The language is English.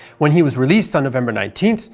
when he was released on november nineteen,